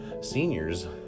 seniors